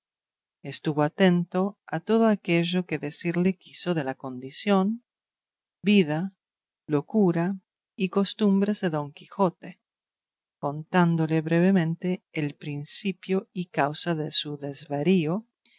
estuvo atento a todo aquello que decirle quiso de la condición vida locura y costumbres de don quijote contándole brevemente el principio y causa de su desvarío